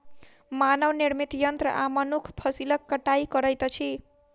मानव निर्मित यंत्र आ मनुख फसिलक कटाई करैत अछि